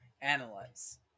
Analyze